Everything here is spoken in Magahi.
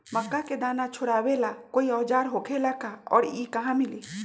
मक्का के दाना छोराबेला कोई औजार होखेला का और इ कहा मिली?